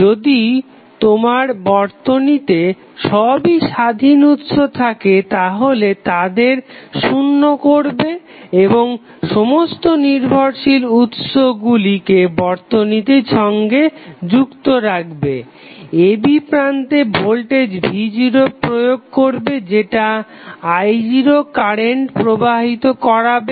যদি তোমার বর্তনীতে সবই স্বাধীন উৎস থাকে তাহলে তাদের শুন্য করবে এবং সমস্ত নির্ভরশীল উৎসগুলিকে বর্তনীর সঙ্গে যুক্ত রাখবে a b প্রান্তে ভোল্টেজ v0 প্রয়োগ করবে যেটা i0 কারেন্ট প্রবাহিত করাবে